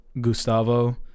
gustavo